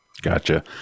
Gotcha